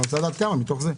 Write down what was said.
אני רוצה לדעת כמה מתוך זה.